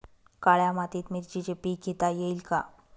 काळ्या मातीत मिरचीचे पीक घेता येईल का?